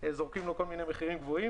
לא שמעת,